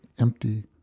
empty